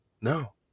no